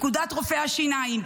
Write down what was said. פקודת רופאי השיניים,